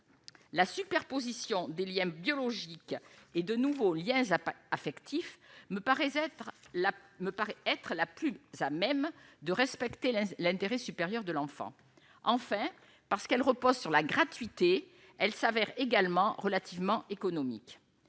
la superposition des Liens biologiques et de nouveaux Liens Zappa affectif me paraît être là me paraît être la plus ça même de respecter l'intérêt supérieur de l'enfant, enfin parce qu'elle repose sur la gratuité, elle s'avère également relativement économique